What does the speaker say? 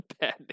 bad